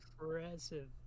impressive